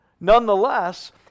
Nonetheless